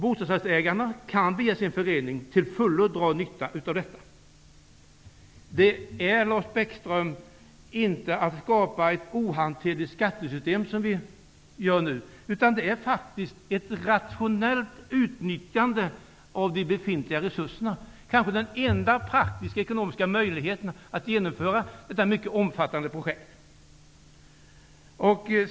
Bostadsrättsinnehavarna kan via sin förening till fullo dra nytta av detta. Vi skapar nu inte, Lars Bäckström, ett ohanterligt skattesystem. Det är faktiskt fråga om ett rationellt utnyttande av de befintliga resurserna. Det är kanske de enda praktiska ekonomiska möjigheterna att genomföra detta mycket omfattande projekt.